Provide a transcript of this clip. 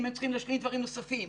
אם הם צריכים להשלים דברים נוספים.